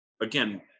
again